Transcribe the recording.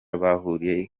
bahuriye